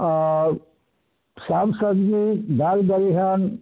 आओर सभसँ जे ई दालि दलहन